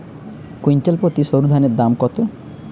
Quintal প্রতি সরুধানের দাম কত?